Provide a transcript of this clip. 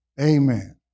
Amen